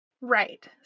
Right